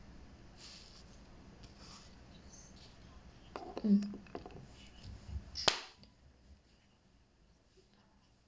mm